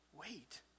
Wait